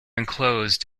enclosed